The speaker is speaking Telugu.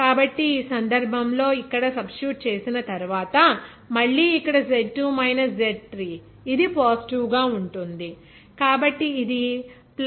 కాబట్టి ఈ సందర్భంలో ఇక్కడ సబ్స్టిట్యూట్ చేసిన తర్వాత మళ్ళీ ఇక్కడ Z2 మైనస్ Z3 ఇది పాజిటివ్ గా ఉంటుంది కాబట్టి ఇది 0